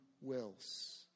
wills